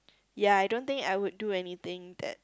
ya I don't think I would do anything that